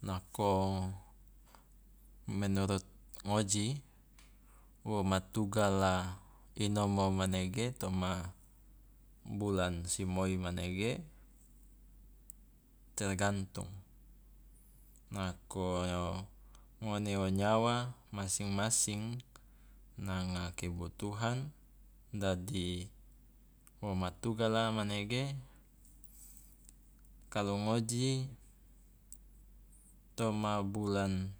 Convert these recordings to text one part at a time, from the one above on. Nako menurut ngoji wo ma tugala inomo manege toma bulan simoi manege tergantung, nako ngone wo nyawa masing masing nanga kebutuhan dadi wo ma tugala manege kalu ngoji toma bulan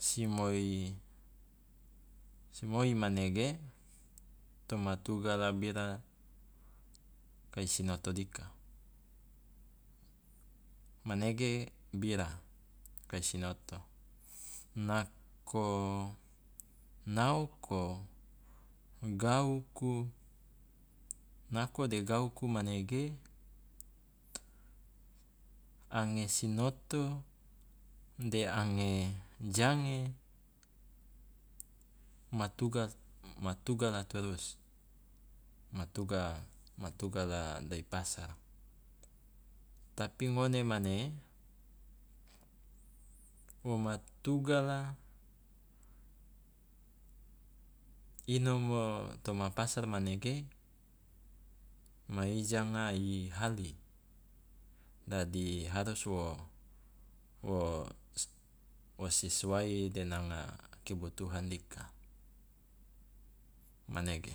simoi simoi manege toma tugala bira kai sinoto dika manege bira kai sinoto, nako naoko, gauku, naoko de gauku manege ange sinoto de ange jange matuga matugala turus, matuga matugala dai pasar tapi ngone mane wo ma tugala inomo toma pasar manege ma ijanga i hali dadi harus wo wo sesuai nanga kebutuhan ika, manege.